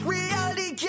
Reality